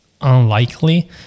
unlikely